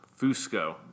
Fusco